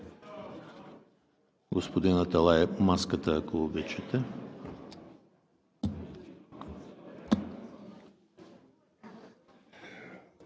Господин Аталай, маската, ако обичате.